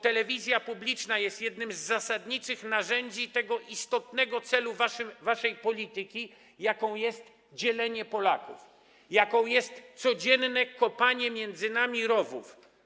To telewizja publiczna jest jednym z zasadniczych narzędzi tego istotnego celu waszej polityki, jakim jest dzielenie Polaków, jakim jest codzienne kopanie między nami rowów.